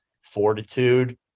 fortitude